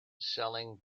selling